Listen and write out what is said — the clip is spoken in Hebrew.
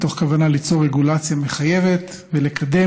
מתוך כוונה ליצור רגולציה מחייבת ולקדם